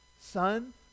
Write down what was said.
Son